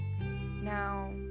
Now